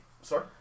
Sorry